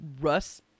Russ